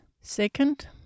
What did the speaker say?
Second